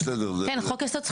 בסדר --- כן,